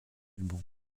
bon